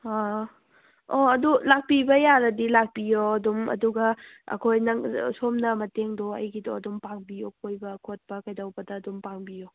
ꯑꯣ ꯑꯣ ꯑꯗꯨ ꯂꯥꯛꯄꯤꯕ ꯌꯥꯔꯗꯤ ꯂꯥꯛꯄꯤꯌꯣ ꯑꯗꯨꯝ ꯑꯗꯨꯒ ꯑꯩꯈꯣꯏ ꯅꯪ ꯁꯣꯝꯅ ꯃꯇꯦꯡꯗꯣ ꯑꯩꯒꯤꯗꯣ ꯑꯗꯨꯝ ꯄꯥꯡꯕꯤꯌꯣ ꯀꯣꯏꯕ ꯈꯣꯠꯄ ꯀꯩꯗꯧꯕꯗ ꯑꯗꯨꯝ ꯄꯥꯡꯕꯤꯌꯣ